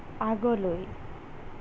আগলৈ